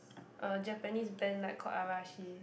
a Japanese band like called Arashi